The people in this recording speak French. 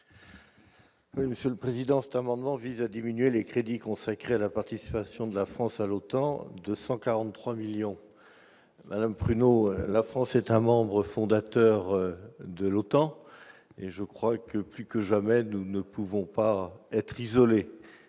Monsieur le Président, c'est un moment, vise à diminuer les crédits consacrés à la participation de la France à l'Otan 243 millions madame pruneaux, la France est un membre fondateur de l'Otan, et je crois que plus que jamais, nous ne pouvons pas être isolée